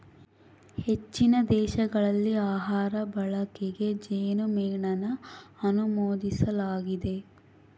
ಹೆಚ್ಚಿನ ದೇಶಗಳಲ್ಲಿ ಆಹಾರ ಬಳಕೆಗೆ ಜೇನುಮೇಣನ ಅನುಮೋದಿಸಲಾಗಿದೆ